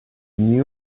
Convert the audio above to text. new